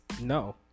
no